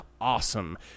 awesome